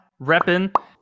repping